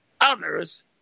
others